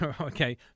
Okay